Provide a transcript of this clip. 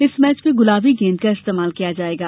इस मैच में गुलाबी गेंद का इस्तेमाल किया जायेगा